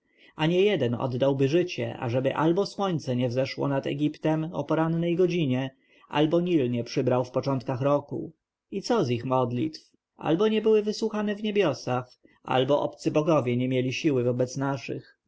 a niejeden oddałby życie ażeby albo słońce nie wzeszło nad egiptem o porannej godzinie albo nil nie przybrał w początkach roku i co z ich modlitw albo nie były wysłuchane w niebiosach albo obcy bogowie nie mieli siły wobec naszych